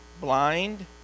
blind